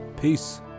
peace